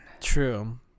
True